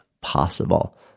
possible